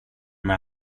med